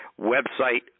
website